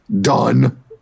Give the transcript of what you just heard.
done